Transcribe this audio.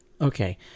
Okay